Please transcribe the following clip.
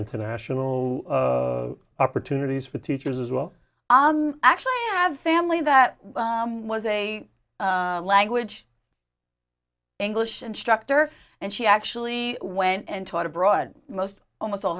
international opportunities for teachers as well i actually have family that was a language english instructor and she actually went and taught abroad most almost all